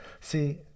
See